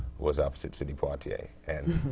was opposite sidney poitier. and